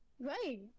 Right